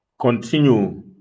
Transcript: continue